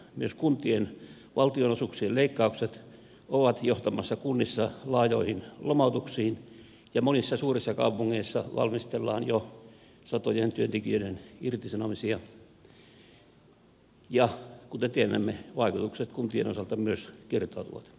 myös kuntien valtionosuuksien leikkaukset ovat johtamassa kunnissa laajoihin lomautuksiin ja monissa suurissa kaupungeissa valmistellaan jo satojen työntekijöiden irtisanomisia ja kuten tiedämme vaikutukset kuntien osalta myös kertautuvat